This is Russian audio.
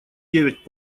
девять